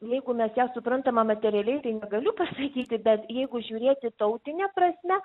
jeigu mes ją suprantama materialiai tai negaliu pasakyti bet jeigu žiūrėti tautine prasme